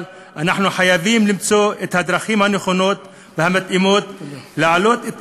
אנחנו חייבים למצוא את הדרכים הנכונות והמתאימות להעלות את